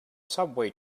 subway